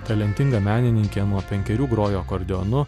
talentinga menininkė nuo penkerių grojo akordeonu